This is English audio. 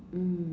mm